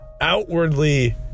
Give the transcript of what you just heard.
outwardly